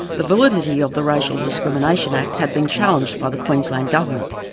the validity of the racial discrimination act had been challenged by the queensland government.